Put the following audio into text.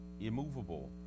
Immovable